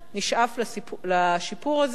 נשאף לשיפור הזה.